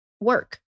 work